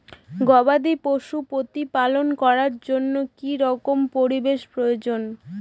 গবাদী পশু প্রতিপালন করার জন্য কি রকম পরিবেশের প্রয়োজন?